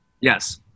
Yes